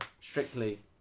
Strictly